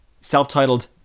Self-titled